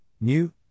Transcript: new